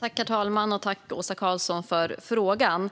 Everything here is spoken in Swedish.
Herr talman! Jag tackar Åsa Karlsson för frågan.